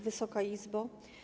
Wysoka Izbo!